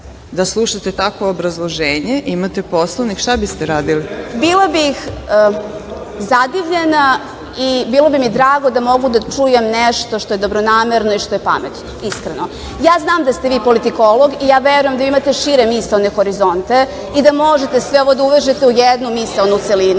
da slušate takvo obrazloženje, imate Poslovnik, šta biste radili? **Tijana Perić Diligenski** Bila bih zadivljena i bilo bi mi drago da mogu da čujem nešto što je dobronamerno i što je pametno. Iskreno. Ja znam da ste vi politikolog i ja verujem da imate šire misaone horizonte i da možete sve ovo da uvežete u jednu misaonu celinu,